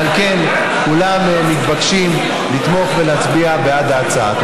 ועל כן כולם מתבקשים לתמוך ולהצביע בעד ההצעה.